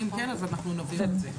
אם כן, אנחנו נבהיר את זה.